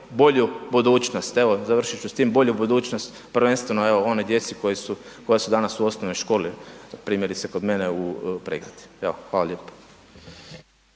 bolju budućnost, evo završit ću s tim, bolju budućnost prvenstveno evo onoj djeci koja su dana u osnovnoj školi primjerice kod mene u Pregradi. Evo, hvala lijepo.